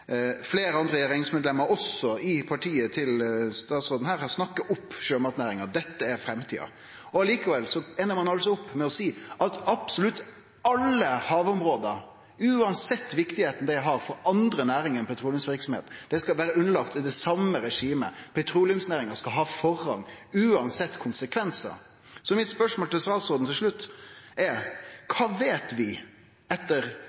Fleire andre regjeringsmedlemer, også i partiet til statsråden her, har snakka opp sjømatnæringa: Dette er framtida. Likevel endar ein opp med å seie at absolutt alle havområda, uansett kor viktige dei er for andre næringar enn petroleumsverksemda, skal vere underordna det same regimet: Petroleumsnæringa skal ha forrang, uansett konsekvensar. Spørsmålet mitt til slutt til statsråden er: